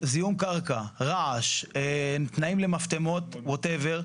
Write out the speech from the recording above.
זיהום קרקע, רעש, תנאים למסתמות, whatever,